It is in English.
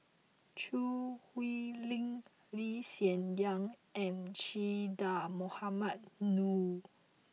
Choo Hwee Lim Lee Hsien Yang and Che Dah Mohamed Noor